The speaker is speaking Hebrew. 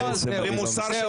מישהו הגיע הבוקר --- למוסר שלכם,